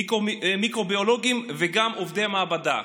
מיקרוביולוגים וגם עובדי מעבדה.